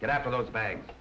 get out of those bag